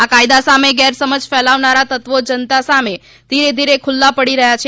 આ કાયદા સામે ગેરસમજ ફેલાવનારા તત્વો જનતા સામે ધીરે ધીરે ખુલ્લા પડી રહ્યા છે